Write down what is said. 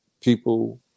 people